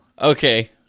Okay